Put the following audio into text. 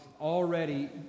already